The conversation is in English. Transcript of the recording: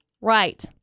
Right